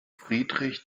friedrich